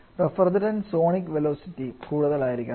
റെഫ്രിജറന്റ്ന് sonic velocity കൂടുതലായിരിക്കണം